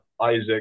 Isaac